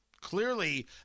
clearly